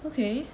okay